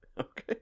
Okay